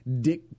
dick